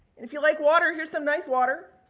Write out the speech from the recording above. if you like water, here's some nice water,